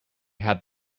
had